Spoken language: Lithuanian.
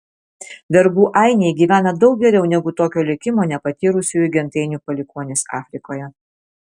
vergų ainiai gyvena daug geriau negu tokio likimo nepatyrusiųjų gentainių palikuonys afrikoje